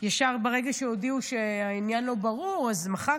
ישר ברגע שהודיעו שהעניין לא ברור, אז מחקתי.